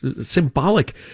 symbolic